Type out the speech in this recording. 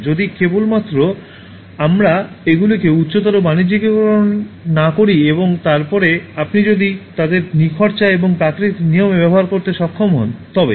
যদি কেবলমাত্র আমরা এগুলিকে উচ্চতর বাণিজ্যিকীকরণ না করি এবং তারপরে আপনি যদি তাদের নিখরচায় এবং প্রাকৃতিক নিয়মে ব্যবহার করতে সক্ষম হন তবেই